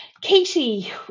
katie